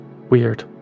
Weird